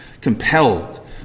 Compelled